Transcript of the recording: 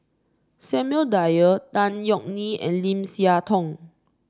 Samuel Dyer Tan Yeok Nee and Lim Siah Tong